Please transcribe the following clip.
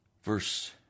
Verse